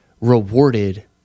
rewarded